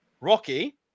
Rocky